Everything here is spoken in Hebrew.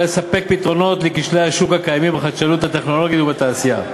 לספק פתרונות לכשלי השוק הקיימים בחדשנות הטכנולוגית ובתעשייה.